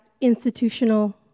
institutional